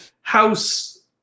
house